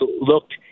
looked